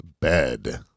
bed